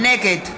נגד